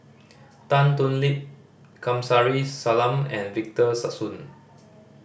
Tan Thoon Lip Kamsari Salam and Victor Sassoon